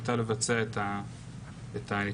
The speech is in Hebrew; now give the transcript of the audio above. ובאמת, לא שזה הסתכם מה שבעצם קרה ברוב